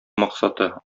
максаты